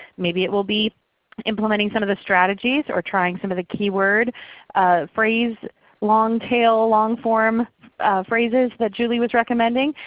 maybe it will be implementing some of the strategies or trying some of the keyword phrase longtail, longf orm phrases that julie was recommending.